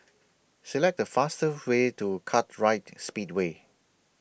Select The fastest Way to Kartright Speedway